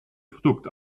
produkt